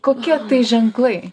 kokie tai ženklai